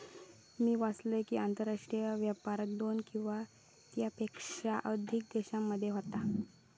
मी वाचलंय कि, आंतरराष्ट्रीय व्यापार दोन किंवा त्येच्यापेक्षा अधिक देशांमध्ये होता